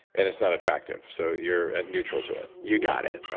and it's not attractive so you're neutral to it you got it,